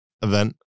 event